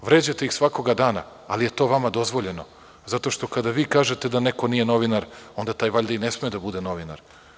Vređate ih svakoga dana, ali je to vama dozvoljeno, zato što kada vi kažete da neko nije novinar, onda taj valjda i ne sme da bude novinar.